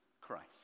Christ